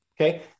Okay